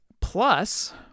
Plus